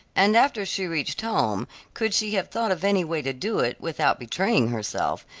and after she reached home could she have thought of any way to do it, without betraying herself,